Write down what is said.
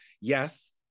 yes